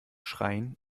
schreien